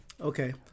okay